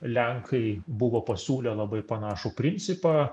lenkai buvo pasiūlę labai panašų principą